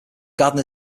garden